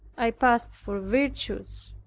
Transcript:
i passed for virtuous.